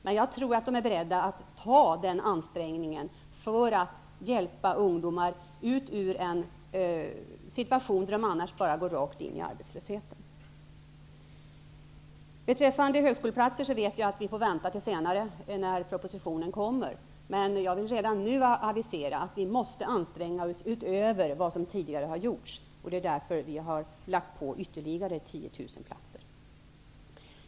Men jag tror att skolan är beredd att ta denna ansträngning för att hjälpa ungdomar ut ur en situation där de annars skulle gå rakt in i arbetslösheten. Beträffande högskoleplatserna vet jag att vi får vänta tills propositionen kommer. Jag vill ändå redan nu avisera att vi måste anstränga oss utöver vad som tidigare gjorts. Därför har vi lagt till ytterligare 10 000 platser.